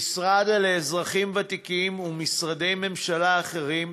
המשרד לאזרחים ותיקים ומשרדי ממשלה אחרים,